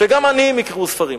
שגם עניים יקראו ספרים.